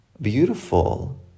Beautiful